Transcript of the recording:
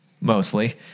mostly